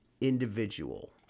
individual